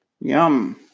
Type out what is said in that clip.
Yum